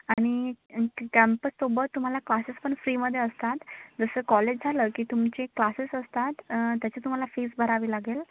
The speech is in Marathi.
आणि कॅम्पससोबत तुम्हाला क्लासेस पण फ्रीमध्ये असतात जसं कॉलेज झालं की तुमचे क्लासेस असतात त्याची तुम्हाला फीस भरावी लागेल